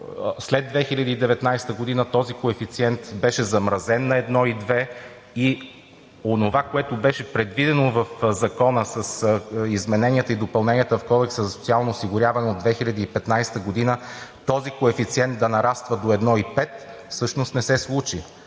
след 2019 г. този коефициент беше замразен на 1,2 и онова, което беше предвидено в Закона с измененията и допълненията в Кодекса за социално осигуряване от 2015 г. този коефициент да нараства до 1,5, всъщност не се случи.